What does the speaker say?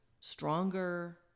stronger